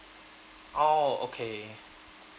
oh okay